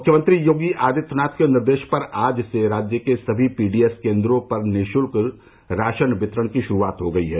मुख्यमंत्री योगी आदित्यनाथ के निर्देश पर आज से राज्य के सभी पी डी एस केन्द्रों पर निःशत्क राशन वितरण की शुरूआत हो गई है